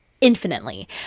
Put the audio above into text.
infinitely